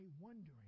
wondering